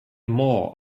more